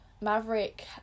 Maverick